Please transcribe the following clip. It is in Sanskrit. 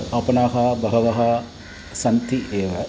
आपणाः बहवः सन्ति एव